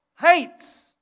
hates